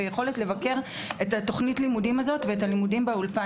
ביכולת לבקר את תוכנית הלימודים הזאת ואת הלימודים באולפן.